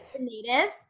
Native